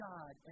God